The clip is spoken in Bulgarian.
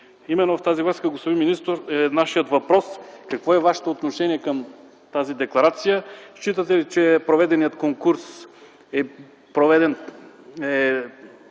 Именно в тази връзка, господин министър, е и нашият въпрос: какво е Вашето отношение към тази декларация? Считате ли, че проведеният конкурс е бил